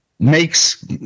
makes